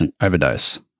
overdose